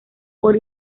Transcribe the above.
por